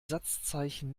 satzzeichen